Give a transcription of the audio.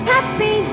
Happy